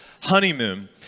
honeymoon